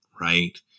Right